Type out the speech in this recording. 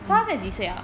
mm